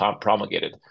promulgated